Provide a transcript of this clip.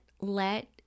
let